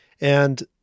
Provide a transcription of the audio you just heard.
and-